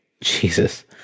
Jesus